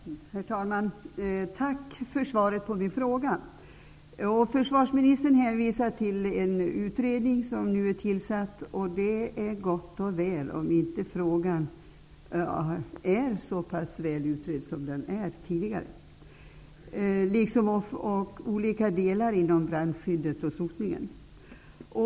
Herr talman! Tack, försvarsministern, för svaret på min fråga! Försvarsministern hänvisar till en utredning som nu är tillsatt, och det är gott och väl, men frågan är om ärendet inte redan är tillräckligt utrett. Försvarsministern hänvisar också till olika delar inom brandskyddet och sotningen.